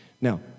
Now